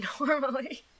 normally